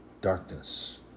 darkness